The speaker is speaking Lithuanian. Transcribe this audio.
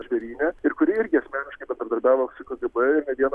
žvėryne ir kuri irgi asmeniškai bendradarbiavo su kgb ir ne vieną